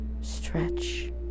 stretch